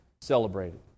celebrated